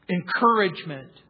encouragement